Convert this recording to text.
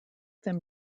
them